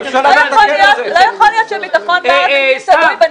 צריך את הביטחון בהר הזיתים להעביר למשרד לביטחון הפנים.